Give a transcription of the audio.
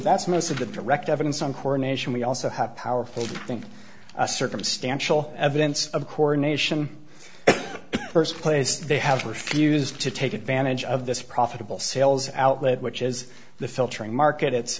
that's most of the direct evidence on coronation we also have powerful i think circumstantial evidence of coronation first place they have refused to take advantage of this profitable sales outlet which is the filtering market it's